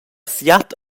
siat